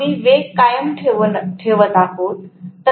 तर आम्ही वेग कायम ठेवत आहोत